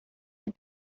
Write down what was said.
had